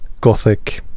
gothic